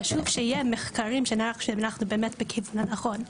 חשוב שיהיה מחקרים שאנחנו באמת בכיוון הנכון,